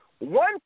One